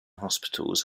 hospitals